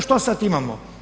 Što sad imamo?